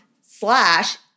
slash